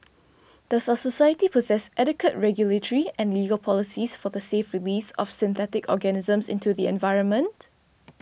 does our society possess adequate regulatory and legal policies for the safe release of synthetic organisms into the environment